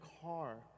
car